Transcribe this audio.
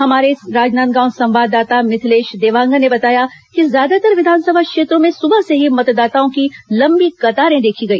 हमारे राजनांदगांव संवाददाता मिथलेश देवाँगन ने बताया कि ज्यादातर विधानसभा क्षेत्रों में सुबह से ही मतदाताओं की लंबी कतारें देखी गई